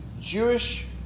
Jewish